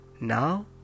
Now